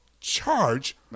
charge